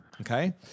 okay